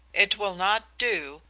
it will not do,